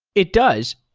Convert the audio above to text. it does.